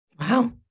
Wow